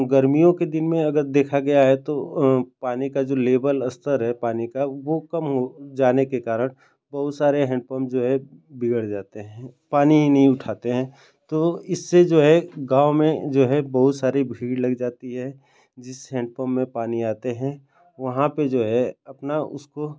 गर्मियों के दिन में अगर देखा गया है तो पानी का जो लेवल स्तर है पानी का वह कम हो जाने के कारण बहुत सारे हैन्डपम्प जो हैं बिगड़ जाते हैं पानी ही नहीं उठाते हैं तो इससे जो है गाँव में जो हैं बहुत सारी भीड़ लग जाती है जिस हैन्डपम्प में पानी आता है वहाँ पर जो है अपना उसको